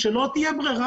כשלא תהיה ברירה,